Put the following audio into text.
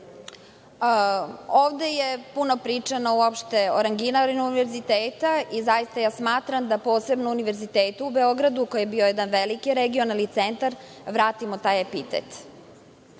je puno pričano uopšte o rangiranju univerziteta. Zaista smatram da posebno Univerzitetu u Beogradu, koji je bio jedan veliki regionalni centar, vratimo taj epitet.